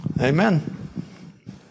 Amen